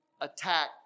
attack